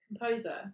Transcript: composer